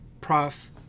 Prof